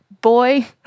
boy